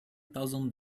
thousand